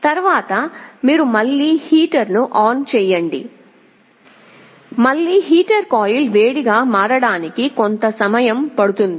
తరువాత మీరు మళ్ళీ హీటర్ను ఆన్ చేయండి మళ్ళీ హీటర్ కాయిల్ వేడిగా మారడానికి కొంత సమయం పడుతుంది